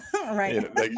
right